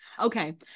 Okay